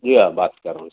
جی ہاں بات کر رہا ہوں صاحب